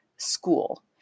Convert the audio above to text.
school